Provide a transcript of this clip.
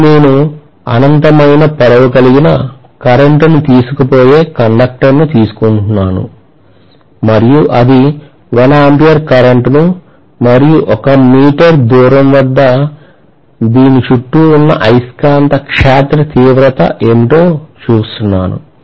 ఇప్పుడు నేను అనంతమైన పొడవు కలిగిన కరెంట్ ను తీసుకుపోయే కండక్టర్ను తీసుకుంటున్నాను మరియు అది 1 A కరెంట్ను మరియు 1 మీటర్ దూరం వద్ద దీని చుట్టూ ఉన్న అయస్కాంత క్షేత్ర తీవ్రత ఏమిటో చూస్తున్నాను